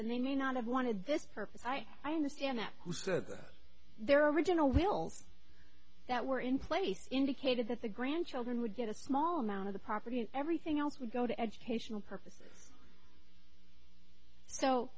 and they may not have wanted this purpose i understand that their original will that were in place indicated that the grandchildren would get a small amount of the property and everything else would go to educational purposes so